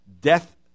death